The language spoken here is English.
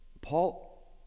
Paul